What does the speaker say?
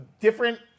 different